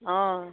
অঁ